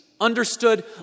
understood